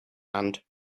and